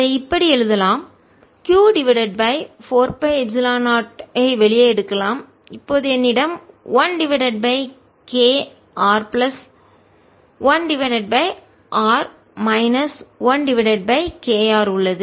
இதை இப்படி எழுதலாம்Q டிவைடட் பை 4 பை எப்சிலான் 0 ஐ வெளியே எடுக்கலாம்இப்போது என்னிடம் 1 divided by Kr plus 1 divided by r minus divided by kR உள்ளது